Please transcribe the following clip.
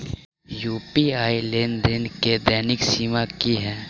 UPI लेनदेन केँ दैनिक सीमा की है?